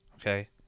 okay